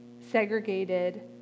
segregated